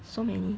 so many